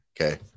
okay